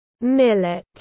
millet